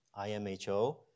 IMHO